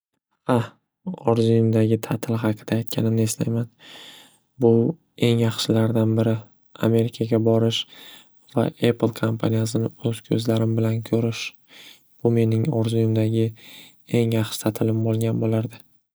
Xa orzuyimdagi ta'til haqida aytganimni eslayman bu eng yaxshilardan biri amerikaga borish va apple kompaniyasini o'z ko'zlarim bilan ko'rish bu meni orzuyimdagi eng yaxshi ta'tilim bo'lgan bo'lardi.